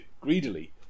greedily